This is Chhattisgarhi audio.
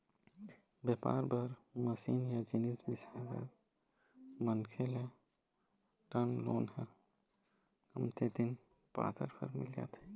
बेपार बर मसीन या जिनिस बिसाए बर मनखे ल टर्म लोन ह कमती दिन बादर बर मिल जाथे